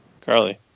Carly